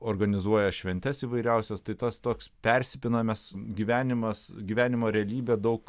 organizuoja šventes įvairiausias tai tas toks persipinamas gyvenimas gyvenimo realybė daug